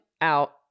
out